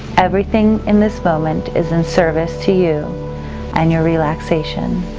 everything in this moment is in service to you and your relaxation.